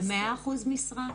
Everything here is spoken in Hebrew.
ב-100% משרה?